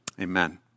Amen